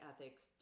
ethics